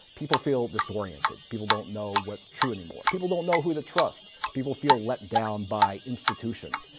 people feel disoriented. people don't know what's true anymore. people don't know who to trust, people feel let down by institutions.